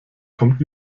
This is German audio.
kommt